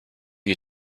you